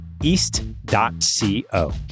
East.co